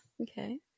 Okay